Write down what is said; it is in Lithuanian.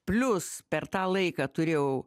plius per tą laiką turėjau